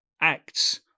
acts